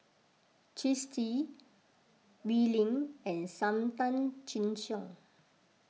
Twisstii Oi Lin and Sam Tan Chin Siong